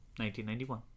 1991